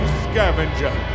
scavenger